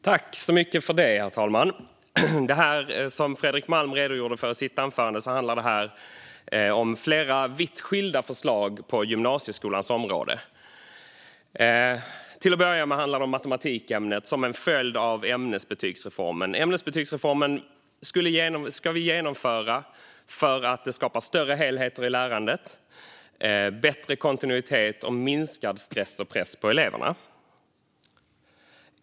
Herr talman! Som Fredrik Malm redogjorde för i sitt anförande handlar detta om flera vitt skilda förslag på gymnasieskolans område. Till att börja med handlar det om matematikämnet och följderna av ämnesbetygsreformen. Ämnesbetygsreformen ska vi genomföra för att det skapar större helhet i lärandet, bättre kontinuitet och minskad stress och press på eleverna.